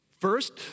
First